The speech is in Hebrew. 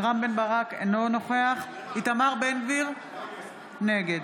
רם בן ברק, אינו נוכח איתמר בן גביר, נגד